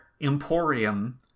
emporium